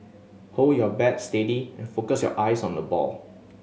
hold your bat steady and focus your eyes on the ball